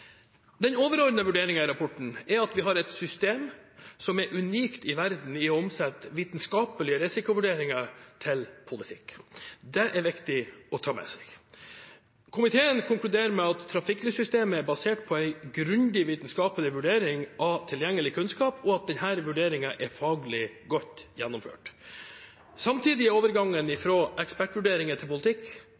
Den overordnede vurderingen i rapporten er at vi har et system som er unikt i verden i å omsette vitenskapelige risikovurderinger til politikk. Det er viktig å ta med seg. Komiteen konkluderer med at trafikklyssystemet er basert på en grundig vitenskapelig vurdering av tilgjengelig kunnskap, og at denne vurderingen er faglig godt gjennomført. Samtidig er overgangen fra ekspertvurderinger til politikk